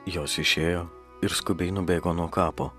jos išėjo ir skubiai nubėgo nuo kapo